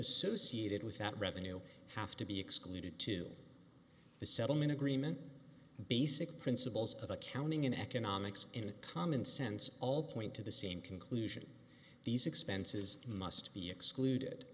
associated with that revenue have to be excluded to the settlement agreement basic principles of accounting in economics in a common sense all point to the same conclusion these expenses must be excluded